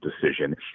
decision